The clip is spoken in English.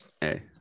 Hey